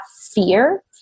fear